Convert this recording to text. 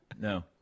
No